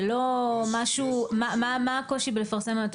מה הקושי בלפרסם,